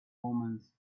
omens